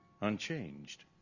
unchanged